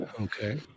okay